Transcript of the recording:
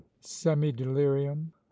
semi-delirium